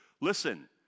listen